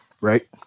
Right